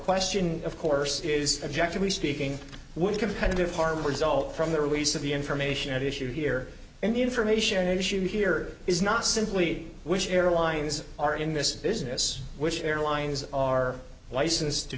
question of course is objective we speaking with competitive harm result from the release of the information at issue here and the information issue here is not simply which airlines are in this business which airlines are licensed to